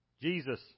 Jesus